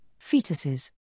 fetuses